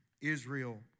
Israel